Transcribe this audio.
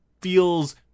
feels